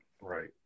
Right